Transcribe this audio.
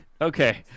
Okay